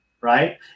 Right